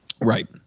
Right